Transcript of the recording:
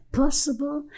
possible